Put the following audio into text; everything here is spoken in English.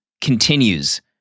continues